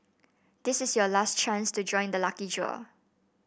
this is your last chance to join the lucky draw